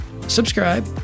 subscribe